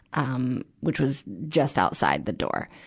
um, which was just outside the door.